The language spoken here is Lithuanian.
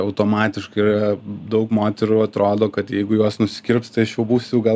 automatiškai yra daug moterų atrodo kad jeigu juos nusikirps tai aš jau būsiu gal